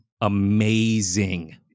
amazing